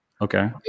okay